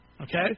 Okay